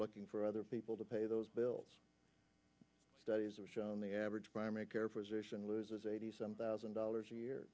looking for other people to pay those bills studies are shown the average primary care physician loses eighty seven thousand dollars a year